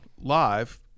live